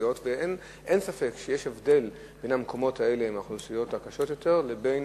אין ספק שיש הבדל בין המקומות האלה עם האוכלוסיות הקשות יותר לבין